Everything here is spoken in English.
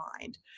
mind